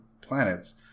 planets